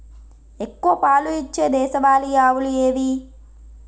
ఎక్కువ పాలు ఇచ్చే దేశవాళీ ఆవులు ఏవి?